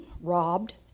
robbed